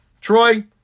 Troy